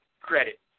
credit